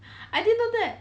I didn't know that